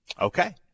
Okay